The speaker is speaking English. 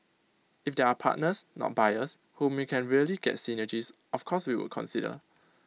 if there are partners not buyers whom we can really get synergies of course we would consider